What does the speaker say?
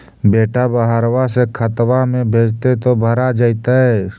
बेटा बहरबा से खतबा में भेजते तो भरा जैतय?